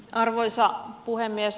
arvoisa puhemies